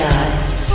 eyes